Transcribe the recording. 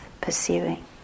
pursuing